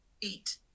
eat